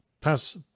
Pass-